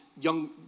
young